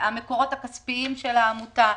המקורות הכספיים של העמותה,